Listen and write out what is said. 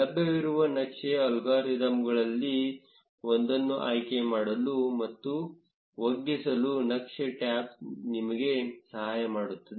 ಲಭ್ಯವಿರುವ ನಕ್ಷೆ ಅಲ್ಗಾರಿದಮ್ಗಳಲ್ಲಿ ಒಂದನ್ನು ಆಯ್ಕೆ ಮಾಡಲು ಮತ್ತು ಒಗ್ಗಿಸಲು ನಕ್ಷೆ ಟ್ಯಾಬ್ ನಿಮಗೆ ಸಹಾಯ ಮಾಡುತ್ತದೆ